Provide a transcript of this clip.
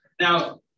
Now